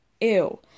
Ew